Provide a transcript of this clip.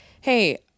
hey